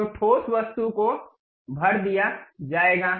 तो ठोस वस्तु को भर दिया जाएगा